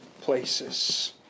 places